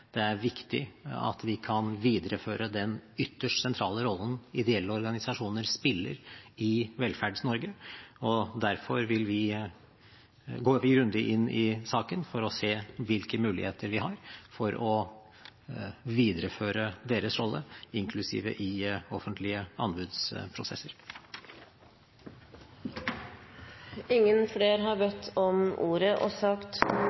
Det er viktig at vi kan videreføre den ytterst sentrale rollen ideelle organisasjoner spiller i Velferds-Norge, og derfor går vi grundig inn i saken for å se hvilke muligheter vi har for å videreføre deres rolle, inklusive i offentlige anbudsprosesser. Flere har